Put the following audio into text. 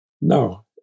No